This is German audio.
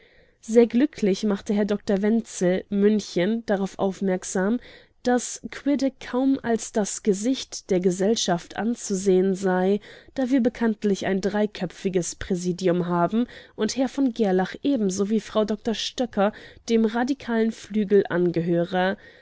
sehr glücklich machte herr dr wenzl münchen darauf aufmerksam daß quidde kaum als das gesicht der gesellschaft anzusehen sei da wir bekanntlich ein dreiköpfiges präsidium haben und herr v gerlach ebenso wie frau dr stöcker dem radikalen flügel angehöre